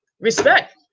respect